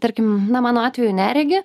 tarkim na mano atveju neregį